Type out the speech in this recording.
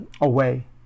away